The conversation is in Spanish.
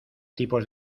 tipos